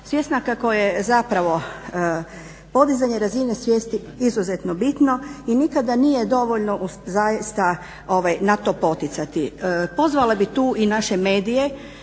svjesna kako je zapravo podizanje razine svijesti izuzetno bitno i nikada nije dovoljno zaista na to poticati. Pozvala bih tu i naše medije